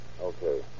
Okay